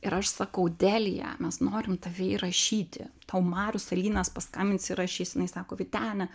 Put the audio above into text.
ir aš sakau delija mes norim tave įrašyti tau marius salynas paskambins įrašys jinai sako vytene